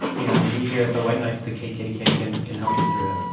and we here at the white knights, the kkk, can can help you through it